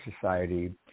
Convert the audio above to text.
society